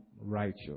righteous